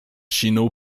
siną